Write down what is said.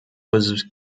was